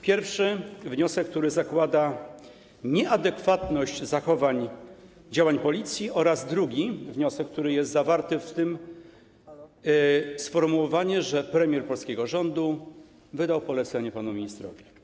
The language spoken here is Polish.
Pierwszy wniosek zakłada nieadekwatność zachowań, działań Policji, a drugi wniosek, który jest w tym zawarty, to sformułowanie, że premier polskiego rządu wydał polecenie panu ministrowi.